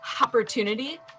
opportunity